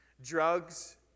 Drugs